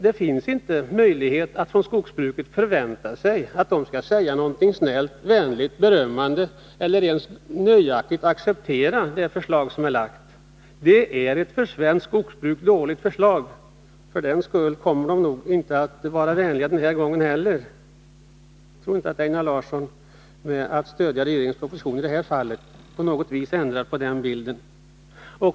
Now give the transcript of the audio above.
Det finns inte möjligheter att förvänta sig att man inom skogsbruket skall säga något snällt, vänligt eller berömmande eller ens nöjaktigt acceptera det förslag som är framlagt. Det är ett för svenskt skogsbruk dåligt förslag, så man kommer nog inte att vara vänlig den här gången heller. Och jag tror inte att Einar Larsson genom att stödja propositionen på något vis ändrar på den bilden.